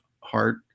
heart